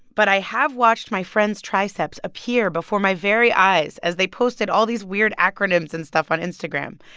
but i have watched my friend's triceps appear before my very eyes as they posted all these weird acronyms and stuff on instagram.